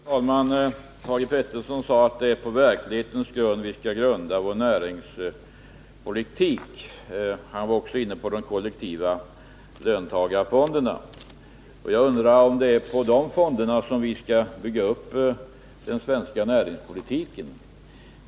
Fru talman! Thage Peterson sade att det är på verklighetens grund vi skall bygga vår näringspolitik. Han var också inne på de kollektiva löntagarfonderna. Jag undrar om det är på de fonderna vi skall bygga upp den svenska näringspolitiken.